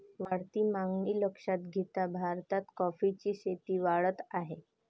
वाढती मागणी लक्षात घेता भारतात कॉफीची शेती वाढत आहे